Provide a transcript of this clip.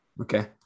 Okay